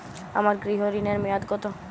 আমার গৃহ ঋণের মেয়াদ কত?